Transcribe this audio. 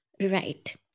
Right